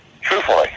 truthfully